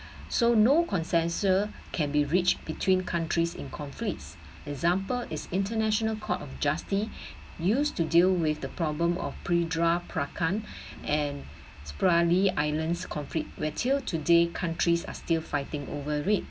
so no consensus can be reached between countries in conflicts example is international court of justice used to deal with the problem of and spratly islands conflict where till today countries are still fighting over it